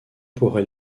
pourrait